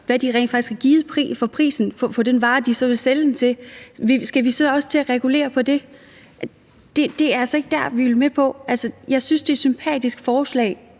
hvad de rent faktisk har givet for den vare, i den pris, de så vil sælge den til. Skal vi så også til at regulere på det? Det er altså ikke der, vi vil hen. Jeg synes, det er et sympatisk forslag,